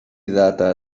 data